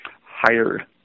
higher